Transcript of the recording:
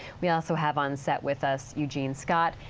we also have on set with us eugene scott.